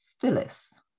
Phyllis